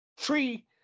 tree